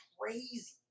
crazy